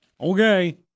Okay